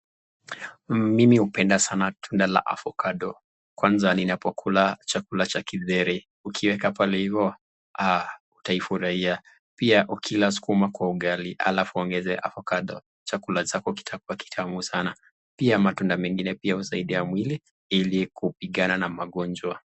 Mimi hupenda sana tunda la avocado kwaza ninapokula chakula cha githeri ukiweka pale hivo utaifurahia. Pia ukila sukuma kwa ugali alafu uongeze avocado chakula chako kitakua kitamu sana. Pia matunda mengine pia husaidia mwili ili kupigana na magonjwa.